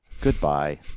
goodbye